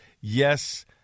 Yes